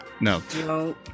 No